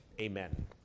Amen